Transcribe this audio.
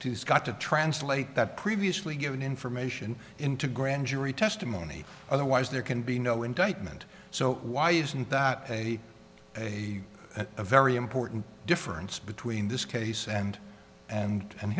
to scott to translate that previously given information into grand jury testimony otherwise there can be no indictment so why isn't that a a very important difference between this case and and and